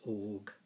org